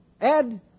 Ed